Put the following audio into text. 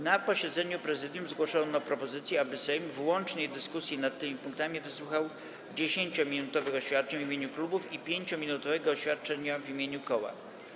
Na posiedzeniu Prezydium Sejmu zgłoszono propozycję, aby Sejm w łącznej dyskusji nad tymi punktami wysłuchał 10-minutowych oświadczeń w imieniu klubów i 5-minutowego oświadczenia w imieniu koła.